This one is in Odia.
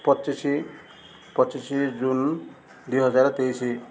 ପଚିଶି ପଚିଶି ଜୁନ୍ ଦୁଇ ହଜାର ତେଇଶି